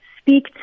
speak